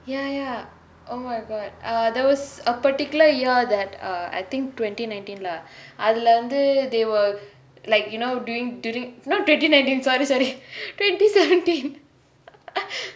ya ya oh my god err there was a particular year that err I think twenty nineteen lah அதுலே வந்து:athulae vanthu they were like you know during during not twenty nineteen sorry sorry twenty seventeen